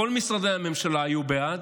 כל משרדי הממשלה היו בעד,